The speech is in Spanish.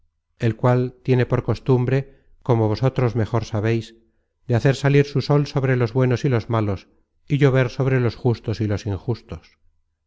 el cual tiene por costumbre como vosotros mejor sabeis de hacer salir su sol sobre los buenos y los malos y llover sobre los justos y los injustos